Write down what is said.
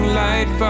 light